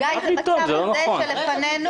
זה בצו שלפנינו?